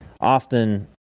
often